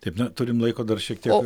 taip na turime laiko dar šiek tiek